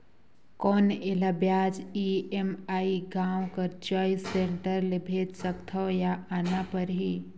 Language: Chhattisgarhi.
कौन एला ब्याज ई.एम.आई गांव कर चॉइस सेंटर ले भेज सकथव या आना परही?